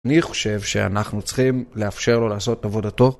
אני חושב שאנחנו צריכים לאפשר לו לעשות את עבודתו